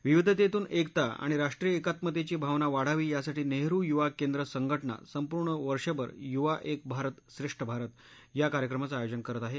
विविधतेतून एकता आणि राष्ट्रीय एकात्मतेची भावना वाढावी यासाठी नेहरू युवा केंद्र संघ ज्ञा संपूर्ण वर्षभर युवा एक भारत श्रेष्ठ भारत या कार्यक्रमाचं आयोजन करत आहे